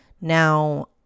Now